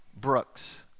Brooks